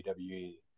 WWE